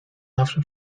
zawsze